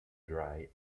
dry